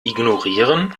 ignorieren